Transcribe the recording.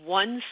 one